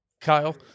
Kyle